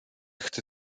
chce